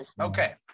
Okay